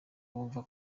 bumva